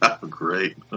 Great